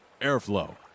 airflow